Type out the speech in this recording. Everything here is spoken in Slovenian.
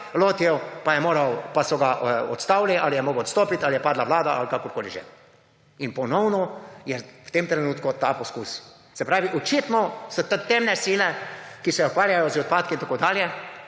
tega lotil, pa so ga odstavili, ali je moral odstopiti, ali je padla vlada, ali kakorkoli že. In ponovno je v tem trenutku ta poskus. Se pravi, očitno so te temne sile, ki se ukvarjajo z odpadki in tako dalje,